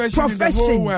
profession